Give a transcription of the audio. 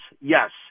Yes